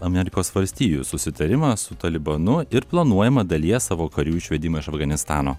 amerikos valstijų susitarimą su talibanu ir planuojamą dalies savo karių išvedimą iš afganistano